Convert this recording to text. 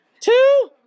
two